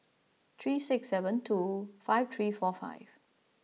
three six seven two five three four five